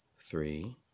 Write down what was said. three